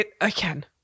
Again